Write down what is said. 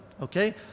okay